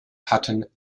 hatten